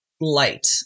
light